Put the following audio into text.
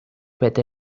bete